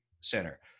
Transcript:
center